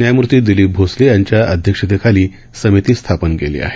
न्यायमूर्ती दिलीप भोसले यांच्या अध्यक्षतेखाली समिती स्थापन केली आहे